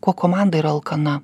kuo komanda yra alkana